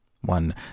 one